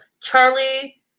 Charlie